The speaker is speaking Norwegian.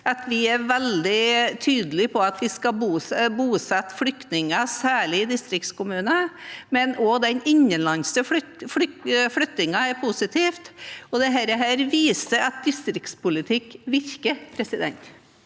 vi er veldig tydelige på at vi skal bosette flyktninger særlig i distriktskommuner, men også den innenlandske flyttingen er positiv. Det viser at distriktspolitikk virker. Ivar B.